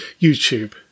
YouTube